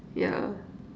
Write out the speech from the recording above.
yeah